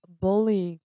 bullying